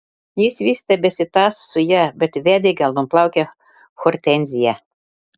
jis vis tebesitąso su ja bet vedė geltonplaukę hortenziją